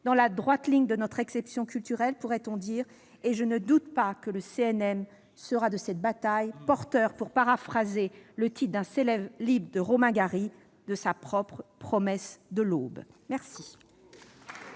dans la droite ligne de notre exception culturelle, si je puis m'exprimer ainsi. Je ne doute pas que le CNM sera de cette bataille, porteur, pour paraphraser le titre d'un célèbre roman de Romain Gary, de sa propre « promesse de l'aube ».